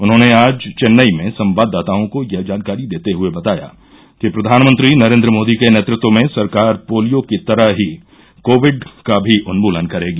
उन्होंने आज चेन्नई में संवाददाताओं को यह जानकारी देते हुए बताया कि प्रधानमंत्री नरेन्द्र मोदी के नेतृत्व में सरकार पोलियो की तरह ही कोविड का भी उन्मूलन करेगी